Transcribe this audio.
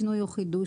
שינוי או חידוש,